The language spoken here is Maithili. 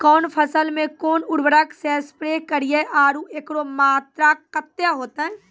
कौन फसल मे कोन उर्वरक से स्प्रे करिये आरु एकरो मात्रा कत्ते होते?